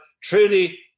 truly